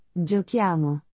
giochiamo